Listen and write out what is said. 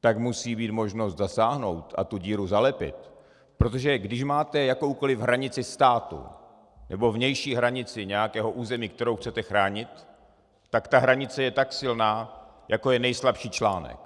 tak musí být možnost zasáhnout a tu díru zalepit, protože když máte jakoukoli hranici státu nebo vnější hranici nějakého území, kterou chcete chránit, tak ta hranice je tak silná, jako je nejslabší článek.